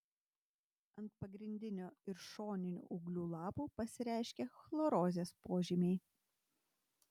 ant pagrindinio ir šoninių ūglių lapų pasireiškia chlorozės požymiai